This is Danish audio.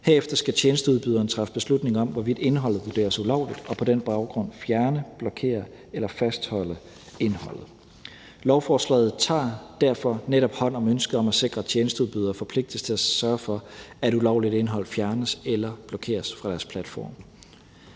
Herefter skal tjenesteudbyderen træffe beslutning om, hvorvidt indholdet vurderes ulovligt, og på den baggrund fjerne, blokere eller fastholde indholdet. Lovforslaget tager derfor netop hånd om ønsket om at sikre, at tjenesteudbydere forpligtes til at sørge for, at ulovligt indhold fjernes eller blokeres fra deres platforme.